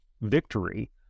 victory